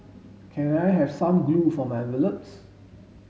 can I have some glue for my envelopes